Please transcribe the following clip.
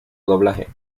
doblaje